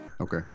Okay